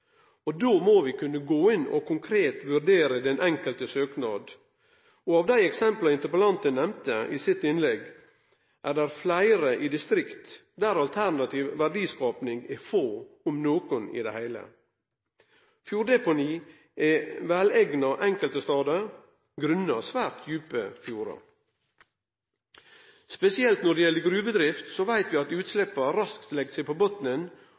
Då må vi kunne gå inn og konkret vurdere den enkelte søknaden. Av dei eksempla interpellanten nemnde i sitt innlegg, er fleire i distrikt der moglegheitene til alternativ verdiskaping er få – om nokon i det heile. Fjorddeponi er veleigna enkelte stader grunna svært djupe fjordar. Spesielt når det gjeld gruvedrift, veit vi at utsleppa raskt legg seg på botnen,